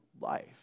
life